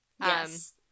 Yes